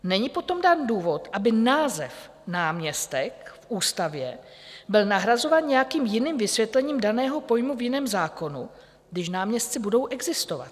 Není potom dán důvod, aby název náměstek byl v ústavě nahrazován nějakým jiným vysvětlením daného pojmu v jiném zákonu, když náměstci budou existovat.